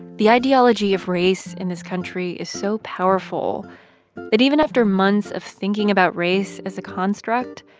the ideology of race in this country is so powerful that even after months of thinking about race as a construct,